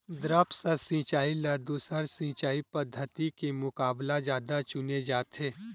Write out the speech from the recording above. द्रप्स सिंचाई ला दूसर सिंचाई पद्धिति के मुकाबला जादा चुने जाथे